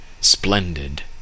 splendid